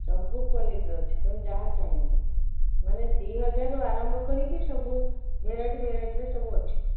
ସବୁ କ୍ଵାଲିଟିର ଅଛି ତମେ ଯାହା ଚାହିଁବ ମାନେ ଦୁଇ ହଜାରରୁ ଆରମ୍ଭ କରିକି ସବୁ ଭେରାଇଟି ଭେରାଇଟିର ସବୁ ଅଛି